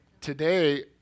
today